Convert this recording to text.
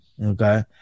Okay